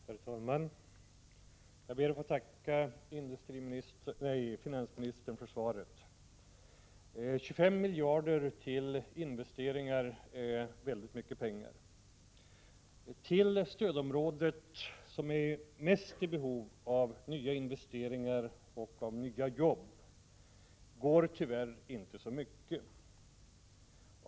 Herr talman! Jag ber att få tacka finansministern för svaret. 25 miljarder till investeringar är mycket pengar. Till stödområdet, som är i störst behov av nya investeringar och nya jobb, går tyvärr inte så mycket.